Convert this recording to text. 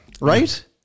Right